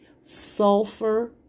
sulfur